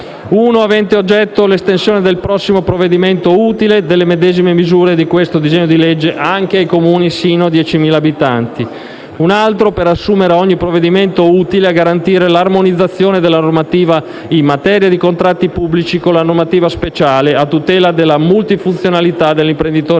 ha ad oggetto l'estensione nel prossimo provvedimento utile delle medesime misure di questo disegno di legge anche ai Comuni sino a 10.000 abitanti. Un altro ordine del giorno è finalizzato ad assumere ogni provvedimento utile a garantire l'armonizzazione della normativa in materia di contratti pubblici con la normativa speciale a tutela della multifunzionalità dell'imprenditore